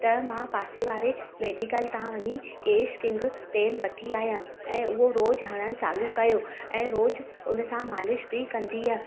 त मां पासे वारे मेडिकल तां वञी केश किंग तेल वठी आयमि ऐं उहो रोज़ु हरणु चालू कयो ऐं रोज़ु उन सां मालिश बि कंदी आहियां